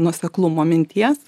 nuoseklumo minties